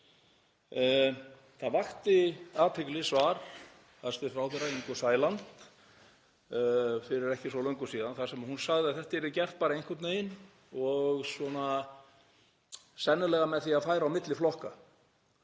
það vakti athygli, svar hæstv. ráðherra, Ingu Sæland, fyrir ekki svo löngu síðan þar sem hún sagði að þetta yrði gert bara einhvern veginn og svona sennilega með því að færa á milli flokka.